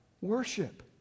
Worship